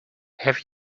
have